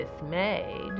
dismayed